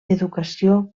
educació